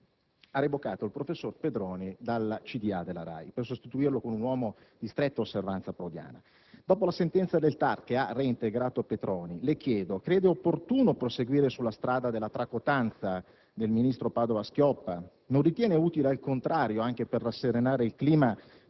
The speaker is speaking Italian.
ha revocato il professor Petroni dal consiglio di amministrazione della RAI per sostituirlo con un uomo di stretta osservanza prodiana. Dopo la sentenza del TAR, che ha reintegrato Petroni, le chiedo: crede opportuno continuare sulla strada della tracotanza del ministro Padoa-Schioppa? Non ritiene utile, al contrario, anche per rasserenare il clima,